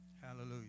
hallelujah